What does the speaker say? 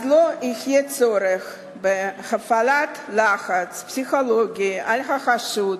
אז לא יהיה צורך בהפעלת לחץ פסיכולוגי על החשוד